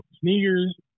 sneakers